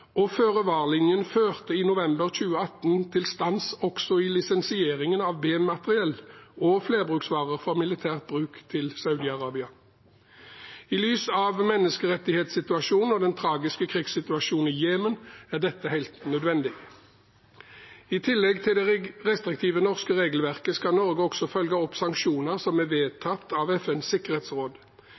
førte i november 2018 til stans også i lisensieringen av B-materiell og flerbruksvarer for militær bruk til Saudi-Arabia. I lys av menneskerettighetssituasjonen og den tragiske krigssituasjonen i Jemen er dette helt nødvendig. I tillegg til det restriktive norske regelverket skal Norge også følge opp sanksjoner som er vedtatt av FNs sikkerhetsråd,